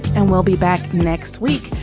and we'll be back next week.